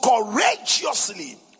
courageously